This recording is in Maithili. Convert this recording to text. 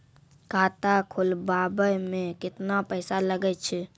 खाता खोलबाबय मे केतना पैसा लगे छै?